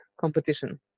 competition